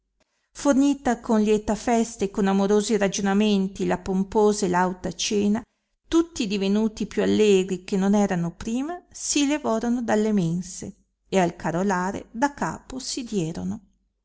fornita con lieta festa e con amorosi ragionamenti la pomposa e lauta cena tutti divenuti più allegri che non erano prima si levorono dalle mense e al carolare da capo si dierono